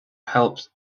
helped